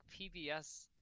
PBS